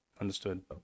understood